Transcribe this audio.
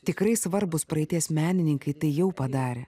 tikrai svarbūs praeities menininkai tai jau padarę